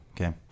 okay